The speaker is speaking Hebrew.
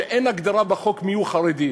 שאין הגדרה מיהו בחור חרדי.